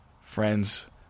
Friends